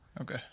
Okay